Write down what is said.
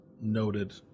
noted